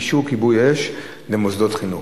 אישור כיבוי אש למוסדות חינוך.